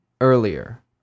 earlier